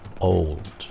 Old